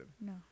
No